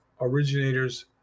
originator's